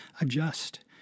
adjust